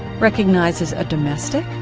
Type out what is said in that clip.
recognizes a domestic,